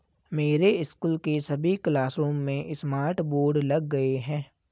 मेरे स्कूल के सभी क्लासरूम में स्मार्ट बोर्ड लग गए हैं